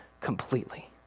completely